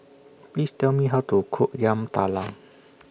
Please Tell Me How to Cook Yam Talam